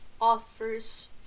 offers